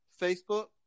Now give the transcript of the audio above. Facebook